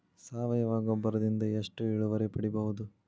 ಸಾವಯವ ಗೊಬ್ಬರದಿಂದ ಎಷ್ಟ ಇಳುವರಿ ಪಡಿಬಹುದ?